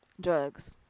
Drugs